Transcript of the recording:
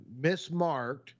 mismarked